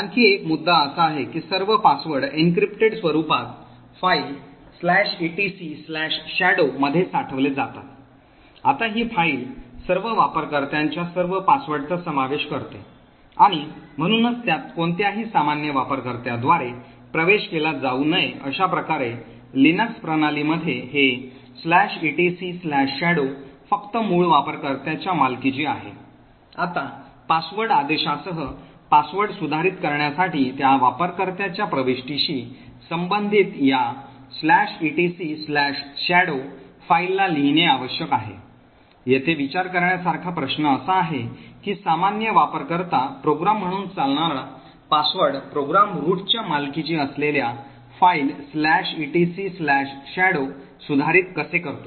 आणखी एक मुद्दा असा आहे की सर्व password एन्क्रिप्टेड स्वरूपात फाइल etcshadow मध्ये साठवले जातात आता ही फाईल सर्व वापरकर्त्यांच्या सर्व password चा समावेश करते आणि म्हणूनच त्यात कोणत्याही सामान्य वापरकर्त्याद्वारे प्रवेश केला जाऊ नये अशा प्रकारे लिनक्स प्रणालीमध्ये हे etcshadow फक्त मूळ वापरकर्त्याच्या मालकीची आहे आता password आदेशासह password सुधारित करण्यासाठी त्या वापरकर्त्याच्या प्रविष्टीशी संबंधित या etcshadow फाइलला लिहिणे आवश्यक आहे येथे विचार करण्या सारखा प्रश्न असा आहे की सामान्य वापरकर्ता प्रोग्राम म्हणून चालणारा password प्रोग्राम रूटच्या मालकीची असलेल्या फाइल etcshadow सुधारित कसे करतो